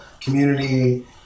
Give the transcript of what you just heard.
community